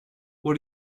what